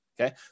Okay